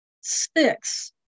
Six